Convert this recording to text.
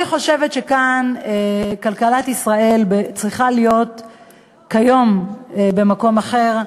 אני חושבת שכלכלת ישראל צריכה להיות כיום במקום אחר.